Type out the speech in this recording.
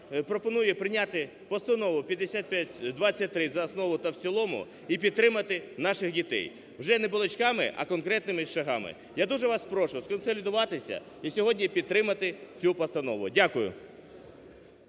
пропонує прийняти постанову 5523 за основу та в цілому і підтримати наших дітей вже не балачками, а конкретними шагами. Я дуже вас прошу сконсолідуватися і сьогодні підтримати цю постанову. Дякую.